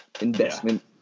investment